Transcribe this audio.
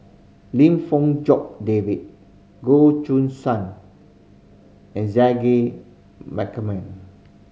Lim Fong Jock David Goh Choo San and Zaqy Macman